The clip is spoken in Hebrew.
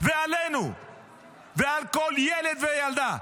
ועלינו ועל כל ילד וילדה?